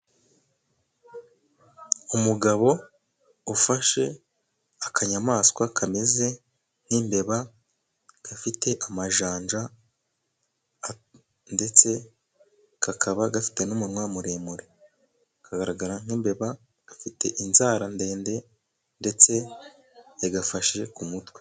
Umugabo ufashe akanyamaswa kameze nk'imbeba, gafite amajanja, ndetse kakaba gafite n'umunwa muremure, kagaragara nk'imbeba. Gafite inzara ndende, ndetse yagafashe ku mutwe.